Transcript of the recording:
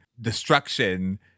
destruction